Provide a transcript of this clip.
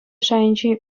шайӗнчи